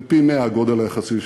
זה פי-100 מהגודל היחסי שלנו.